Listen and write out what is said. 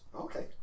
Okay